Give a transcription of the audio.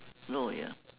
no ya